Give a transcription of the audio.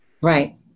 Right